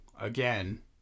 again